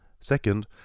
second